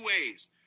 ways